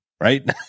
right